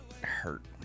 hurt